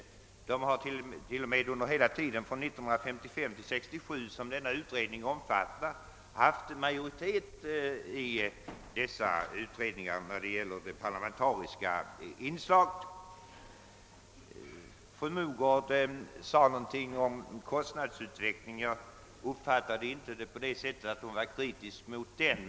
De har t.o.m. under hela den tid, 1955—1967 som undersökningen omfattar haft majoritet i dessa utredningar genom det parlamentariska inslaget. Fru Mogård sade någonting om kostnadsutvecklingen inom utredningsväsendet, men jag uppfattade det inte på det sättet, att hon skulle vara kritisk därvidlag.